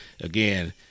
Again